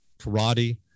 karate